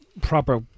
proper